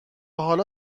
حالا